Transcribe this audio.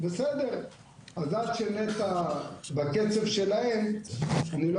אז עד שנת"ע יתקנו בקצב שלהם ואני לא